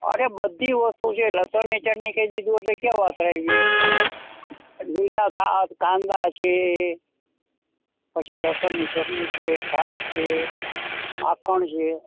અરે બધી વસ્તુ છે લસણની ચટણી કહી દીધું એટલે ક્યાં વાત આવી લીલા કાંદા છે પછી લસણની ચટણી છે છાસ છે માખણ છે